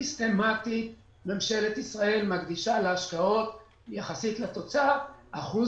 ממשלת ישראל מקדישה להשקעות יחסית לתוצר אחוז